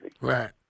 Right